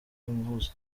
muhazi